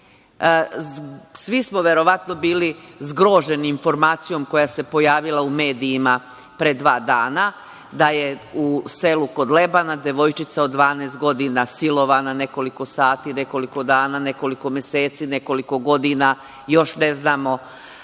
Svi smo verovatno bili zgroženi informacijom, koja se pojavila u medijima pre dva dana, da je u selu kod Lebana, devojčica od 12 godina silovana nekoliko sati, nekoliko dana, nekoliko meseci, nekoliko godina, još ne znamo